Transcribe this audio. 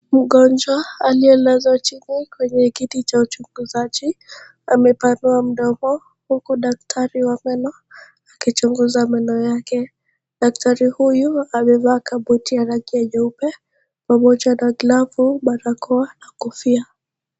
Mgonjwa aliyelazwa chini kwenye kiti cha uchunguzaji. Amepanua mdomo, huku daktari wa meno akichunguza meno yake. Daktari huyu, amevaa kabuti ya rangi ya nyeupe pamoja na glovu, barakoa na kofia.